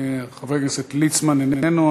חבר הכנסת ליצמן איננו.